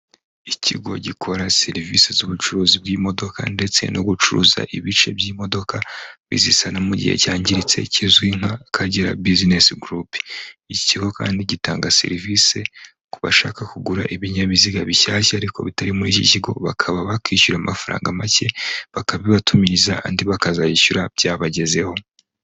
Ikigo gikora serivisi z'ubucuruzi bw'imodoka ndetse no gucuruza ibice by'imodoka bizisana mu gihe cyangiritse kizwi nk'Akagera bisinesi gurupe, iki ikigo kandi gitanga serivisi ku bashaka kugura ibinyabiziga bishyashya ariko bitari muri iki kigo bakaba bakwishyura amafaranga make, bakabibatumiriza andi bakazayishyura byabagezeho.